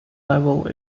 level